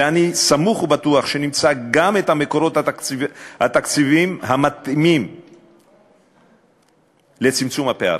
ואני סמוך ובטוח שנמצא גם את המקורות התקציביים המתאימים לצמצום הפערים,